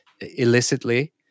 illicitly